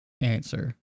answer